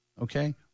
okay